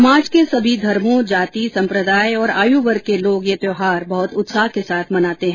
समाज के सभी धर्मों जाति संप्रदाय और आयु वर्ग के लोग ये त्यौहार बहुत उत्साह के साथ मनाते हैं